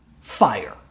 fire